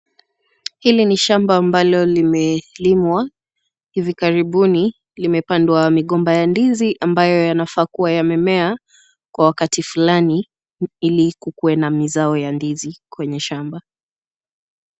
Hili ni shamba ambalo limelimwa hivi karibuni, limepandwa migomba ya ndizi ambayo yanafaa kuwa yamemea kwa wakati fulani ili kukuwa na mizao ya ndizi kwenye shamba.